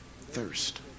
thirst